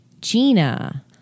Gina